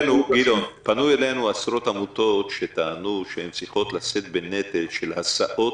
פנו אלינו עשרות עמותות שטענו שהן צריכות לשאת בנטל של הסעות,